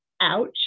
ouch